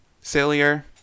sillier